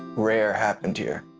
rare happened here.